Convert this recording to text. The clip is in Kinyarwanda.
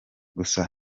gusa